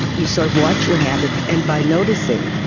you sort of watch your habits, and by noticing,